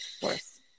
force